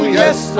yes